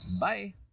Bye